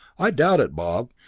i doubt it, bob,